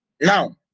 Now